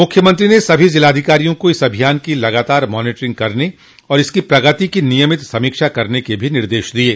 मुख्यमंत्री ने सभी जिलाधिकारियों को इस अभियान की लगातार मॉनीटरिंग करने और इसकी प्रगति की नियमित समीक्षा करने के भी निर्देश दिये